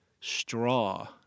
Straw